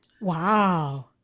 Wow